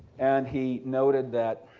and he noted that,